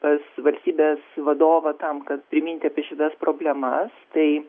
pas valstybės vadovą tam kad priminti apie šitas problemas tai